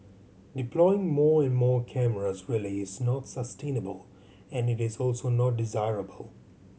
deploying more and more cameras really is not sustainable and it is also not desirable